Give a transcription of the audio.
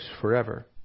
forever